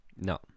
No